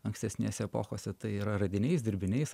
ankstesnėse epochose tai yra radiniais dirbiniais